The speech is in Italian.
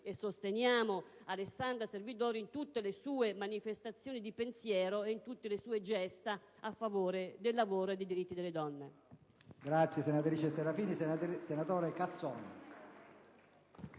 e sosteniamo Alessandra Servidori in tutte le sue manifestazioni di pensiero e in tutte le sue gesta a favore del lavoro e dei diritti delle donne.